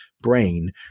brain